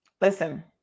Listen